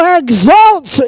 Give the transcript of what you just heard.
exalt